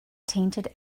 tainted